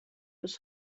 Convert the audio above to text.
his